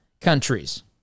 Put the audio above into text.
countries